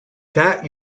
that